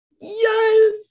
Yes